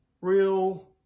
real